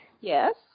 Yes